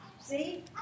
See